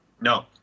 No